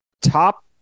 top